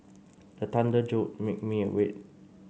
the thunder jolt make me awake